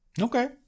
Okay